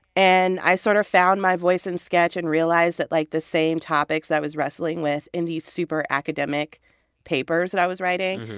and i sort of found my voice in sketch and realized that, like, the same topics that i was wrestling with in these super academic papers that i was writing,